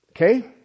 Okay